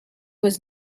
was